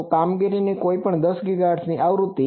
તો કામગીરીની કોઈપણ 10 ગીગાહર્ટ્ઝ આવૃત્તિ